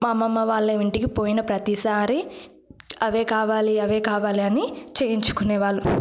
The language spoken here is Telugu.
మా అమమ్మ వాళ్ళ ఇంటికి పోయిన ప్రతిసారి అవే కావాలి అవే కావాలి అని చేయించుకునే వాళ్ళు